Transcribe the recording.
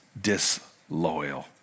disloyal